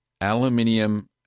aluminium